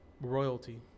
royalty